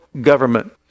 government